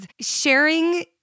sharing